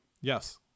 Yes